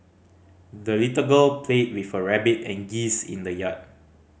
the little girl played with her rabbit and geese in the yard